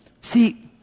See